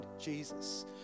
Jesus